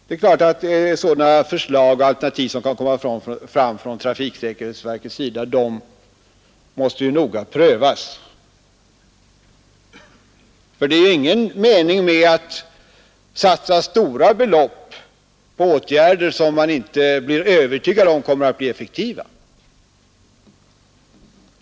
Det är klart att sådana förslag och alternativ som kan komma från trafiksäkerhetsverket noga måste prövas. Det är ju ingen mening med att satsa stora belopp på åtgärder som man inte är övertygad om kommer att bli effektiva.